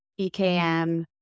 EKM